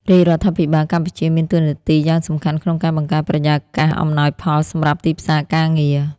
រាជរដ្ឋាភិបាលកម្ពុជាមានតួនាទីយ៉ាងសំខាន់ក្នុងការបង្កើតបរិយាកាសអំណោយផលសម្រាប់ទីផ្សារការងារ។